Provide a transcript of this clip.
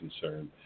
concerned